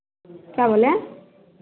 क्या बोलें